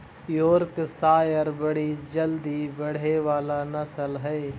Yorkshire बड़ी जल्दी बढ़े वाला नस्ल हई